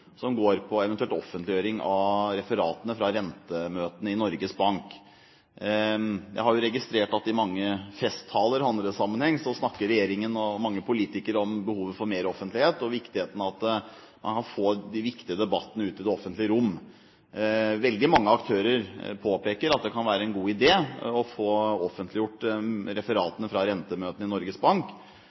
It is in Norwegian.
som går på en eventuell offentliggjøring av referatene fra rentemøtene i Norges Bank. Jeg har registrert at i de mange festtaler og i andre sammenhenger snakker regjeringen og mange politikere om behovet for mer offentlighet, og viktigheten av at man kan få de viktige debattene ut i det offentlige rom. Veldig mange aktører påpeker at det kan være en god idé å få offentliggjort referatene fra rentemøtene i Norges Bank,